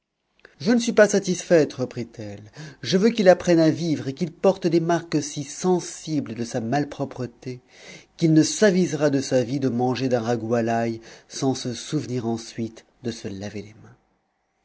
je ne suis pas satisfaite reprit-elle je veux qu'il apprenne à vivre et qu'il porte des marques si sensibles de sa malpropreté qu'il ne s'avisera de sa vie de manger d'un ragoût à l'ail sans se souvenir ensuite de se laver les mains